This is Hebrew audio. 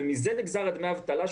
ומזה נגזרים דמי האבטלה,